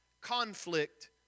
conflict